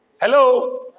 Hello